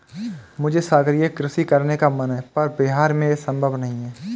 मुझे सागरीय कृषि करने का मन है पर बिहार में ये संभव नहीं है